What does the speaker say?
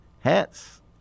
hats